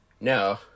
No